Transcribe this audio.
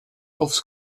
aufs